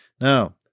Now